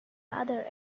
other